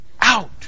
out